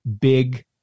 big